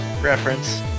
reference